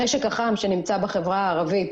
הנשק החם שנמצא בחברה הערבית